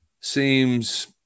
seems